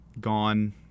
gone